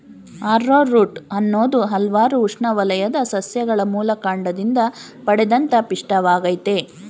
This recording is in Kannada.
ಆರ್ರೋರೂಟ್ ಅನ್ನೋದು ಹಲ್ವಾರು ಉಷ್ಣವಲಯದ ಸಸ್ಯಗಳ ಮೂಲಕಾಂಡದಿಂದ ಪಡೆದಂತ ಪಿಷ್ಟವಾಗಯ್ತೆ